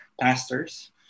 pastors